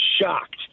shocked